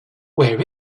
where